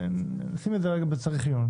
נשים את זה רגע ב'צריך עיון'.